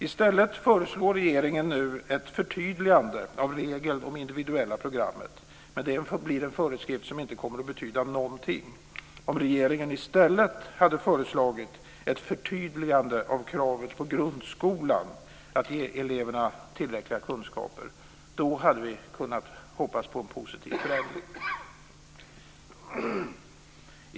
I stället föreslår regeringen nu ett förtydligande av regeln om det individuella programmet. Men det blir en föreskrift som inte kommer att betyda någonting. Om regeringen i stället hade föreslagit ett förtydligande av kravet på grundskolan att ge eleverna tillräckliga kunskaper, då hade vi kunnat hoppas på en positiv förändring.